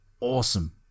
awesome